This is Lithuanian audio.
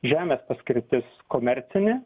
žemės paskirtis komercinė